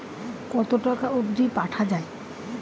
কতো টাকা অবধি পাঠা য়ায়?